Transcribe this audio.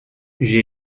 j’ai